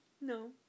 No